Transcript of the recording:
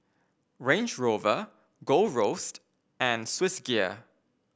Range Rover Gold Roast and Swissgear